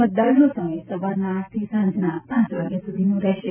મતદાનનો સમય સવારના આઠથી સાંજના પાંચ વાગ્યા સુધીનો રહેશે